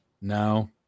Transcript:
No